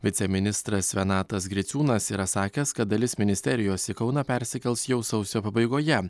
viceministras renatas griciūnas yra sakęs kad dalis ministerijos į kauną persikels jau sausio pabaigoje